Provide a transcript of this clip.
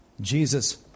Jesus